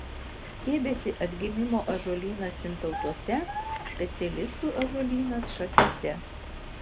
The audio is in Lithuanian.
stiebiasi atgimimo ąžuolynas sintautuose specialistų ąžuolynas šakiuose